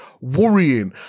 worrying